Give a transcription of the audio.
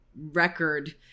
record